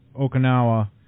okinawa